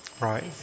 Right